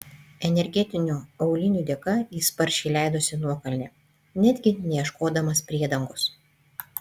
energetinių aulinių dėka jis sparčiai leidosi nuokalne netgi neieškodamas priedangos